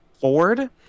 Ford